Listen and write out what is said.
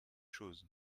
chose